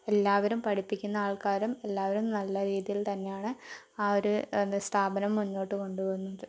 എല്ലാവരും പഠിപ്പിക്കുന്ന ആൾക്കാരും എല്ലാവരും നല്ല രീതിയിൽ തന്നെയാണ് ആ ഒരു എന്താ സ്ഥാപനം മുന്നോട്ടു കൊണ്ടു പോകുന്നത്